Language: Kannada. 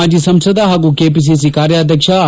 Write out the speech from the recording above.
ಮಾಜಿ ಸಂಸದ ಹಾಗೂ ಕೆಪಿಸಿಸಿ ಕಾರ್ಯಾಧ್ಯಕ್ಷ ಆರ್